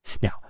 Now